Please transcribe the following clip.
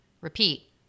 repeat